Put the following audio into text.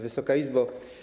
Wysoka Izbo!